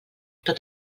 tot